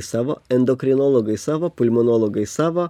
savo endokrinologai savo pulmonologai savo